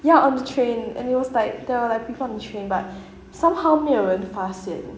ya on the train and it was like there were people on the train but somehow 没有人发现